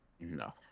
No